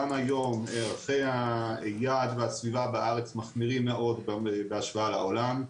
גם היום ערכי היעד והסביבה בארץ מחמירים מאוד בהשוואה לעולם.